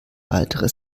weitere